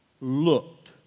looked